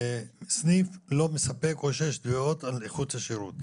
והסניף לא מספק, או שיש תביעות על איכות השירות.